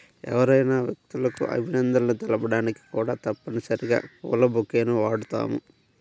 ఎవరైనా వ్యక్తులకు అభినందనలు తెలపడానికి కూడా తప్పనిసరిగా పూల బొకేని వాడుతాం